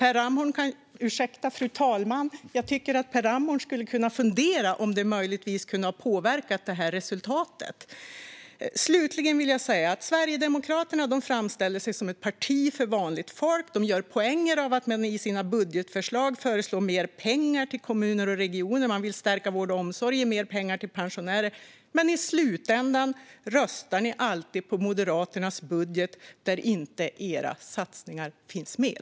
Jag tycker att Per Ramhorn skulle kunna fundera över om detta möjligtvis kan ha påverkat det här resultatet. Slutligen vill jag säga att Sverigedemokraterna framställer sig som ett parti för vanligt folk. De gör poänger av att i sina budgetförslag föreslå mer pengar till kommuner och regioner. Man vill stärka vård och omsorg och ge mer pengar till pensionärer. Men i slutändan röstar ni alltid på Moderaternas budget, där era satsningar inte finns med.